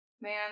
Man